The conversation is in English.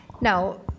Now